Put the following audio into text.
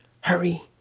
Hurry